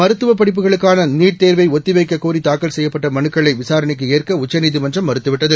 மருத்துவ படிப்புகளுக்கான நீட் தேர்வை ஒத்தி வைக்கக் கோரி தாக்கல் செய்யப்பட்ட மனுக்களை விசாரணைக்கு ஏற்க உச்சநீதிமன்றம் மறுத்துவிட்டது